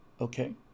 Okay